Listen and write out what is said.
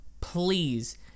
please